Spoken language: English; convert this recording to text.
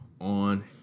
on